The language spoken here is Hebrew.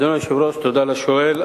אדוני היושב-ראש, תודה לשואל.